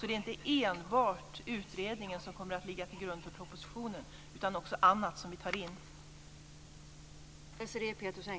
Det är inte enbart utredningen som kommer att ligga till grund för propositionen utan också annat som vi tar in.